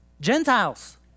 Gentiles